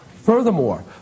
furthermore